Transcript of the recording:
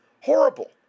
horrible